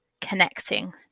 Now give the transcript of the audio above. connecting